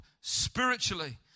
spiritually